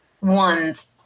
ones